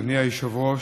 אדוני היושב-ראש,